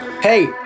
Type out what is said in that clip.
Hey